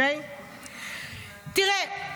תראה,